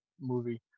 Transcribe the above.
movie